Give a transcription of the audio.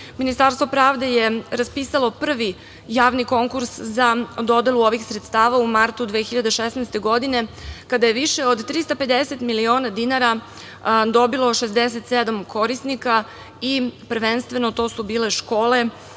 Ministarstvo pravde je raspisalo prvi javni konkurs za dodelu ovih sredstava u martu 2016. godine, kada je više od 350 miliona dinara dobilo 67 korisnika i prvenstveno su to bile škole,